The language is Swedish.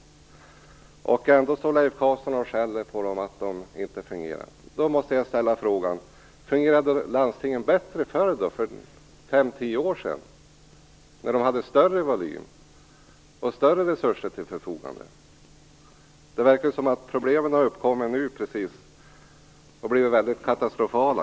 Ändå skäller Leif Carlson på dem för att de inte fungerar. Då måste jag ställa frågan: Fungerade landstingen bättre för 5-10 år sedan då, när de hade större volym och större resurser till förfogande? Det verkar som om problemen hade uppkommit precis nu och blivit katastrofala.